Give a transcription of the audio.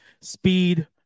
speed